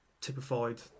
typified